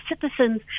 citizens